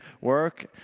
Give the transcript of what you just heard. work